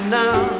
now